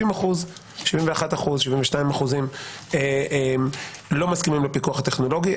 71% 72% לא מסכימים לפיקוח הטכנולוגי,